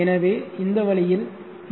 எனவே இந்த வழியில் பி